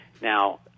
Now